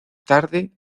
tarde